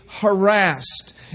harassed